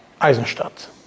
Eisenstadt